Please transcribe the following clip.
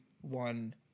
one